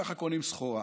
ככה קונים סחורה.